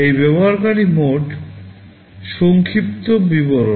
এই হল ব্যবহারকারী মোড এর সংক্ষিপ্ত বিবরণ